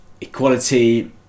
equality